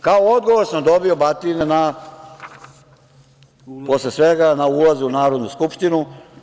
Kao odgovor sam dobio batine, posle svega, na ulazu u Narodnu skupštinu.